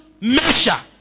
measure